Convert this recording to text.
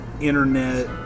internet